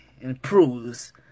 improves